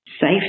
safe